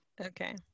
Okay